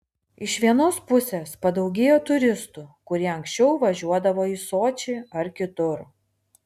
iš vienos pusės padaugėjo turistų kurie anksčiau važiuodavo į sočį ar kitur